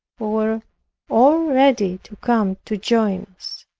who were all ready to come to join us.